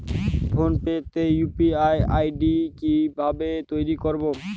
Phone pay তে UPI ID কি ভাবে তৈরি করবো?